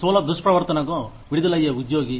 స్థూల దుష్ప్రవర్తనకు విడుదలయ్యే ఉద్యోగి